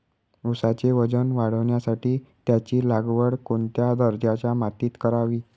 ऊसाचे वजन वाढवण्यासाठी त्याची लागवड कोणत्या दर्जाच्या मातीत करावी?